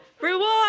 Reward